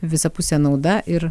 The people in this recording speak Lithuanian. visapusė nauda ir